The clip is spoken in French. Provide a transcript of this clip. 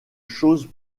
chose